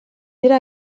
dira